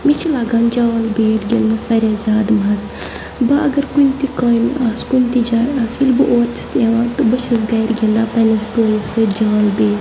مےٚ چھِ لَگان جھال بیٹ گِنٛدنَس واریاہ زیادٕ مَزٕ بہٕ اگر کُنہِ تہِ کامہِ آسہٕ کُنہِ تہِ جایہِ آسہٕ ییٚلہِ بہٕ اورٕ چھَس یِوان تہٕ بہٕ چھَس گَھرِ گِنٛدان پننِس بٲیِس سۭتۍ جھال بیٹ